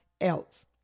else